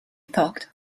thought